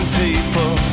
people